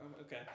Okay